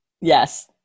Yes